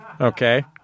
Okay